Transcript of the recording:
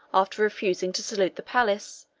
after refusing to salute the palace,